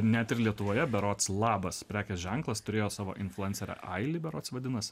net ir lietuvoje berods labas prekės ženklas turėjo savo influencerę aili berods vadinosi